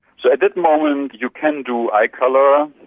so, at this moment you can do eye colour.